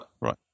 Right